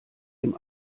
dem